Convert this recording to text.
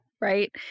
right